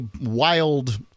wild